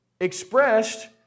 expressed